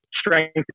strength